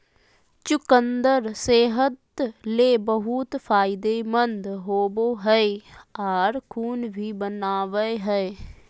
चुकंदर सेहत ले बहुत फायदेमंद होवो हय आर खून भी बनावय हय